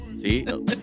See